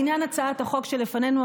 לעניין הצעת החוק שלפנינו,